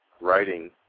writing